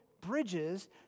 bridges